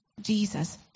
Jesus